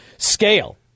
Scale